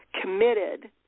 committed